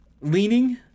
Leaning